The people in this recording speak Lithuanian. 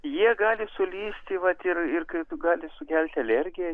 jie gali sulysti vat ir ir kai gali sukelti alergiją